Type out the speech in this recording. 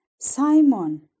Simon